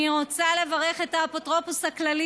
אני רוצה לברך את האפוטרופוס הכללי,